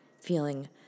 feeling